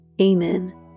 Amen